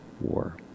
war